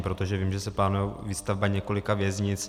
Protože vím, že se plánuje výstavba několika věznic.